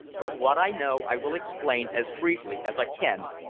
but what i know i will explain as briefly as i can,